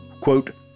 quote